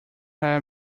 hair